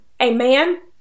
amen